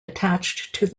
attached